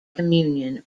communion